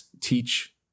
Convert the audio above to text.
teach